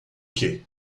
que